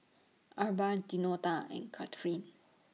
Arba Deonta and Kathryne